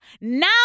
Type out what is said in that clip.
Now